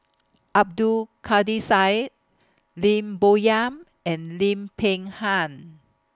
Abdul Kadir Syed Lim Bo Yam and Lim Peng Han